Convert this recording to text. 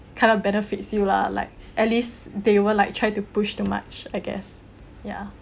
kind of benefits you lah like at least they won't like try to push too much I guess ya